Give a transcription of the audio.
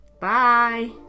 bye